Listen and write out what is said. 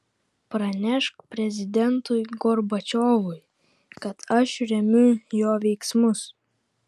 pranešk prezidentui gorbačiovui kad aš remiu jo veiksmus